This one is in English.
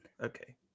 Okay